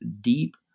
deep